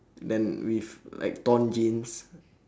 then with like torn jeans